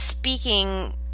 speaking